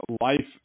life